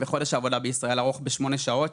וחודש העבודה בישראל ארוך בשמונה שעות,